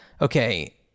okay